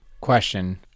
Question